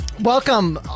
welcome